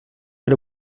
per